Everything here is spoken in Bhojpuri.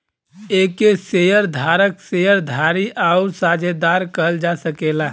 एके शेअर धारक, शेअर धारी आउर साझेदार कहल जा सकेला